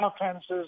offenses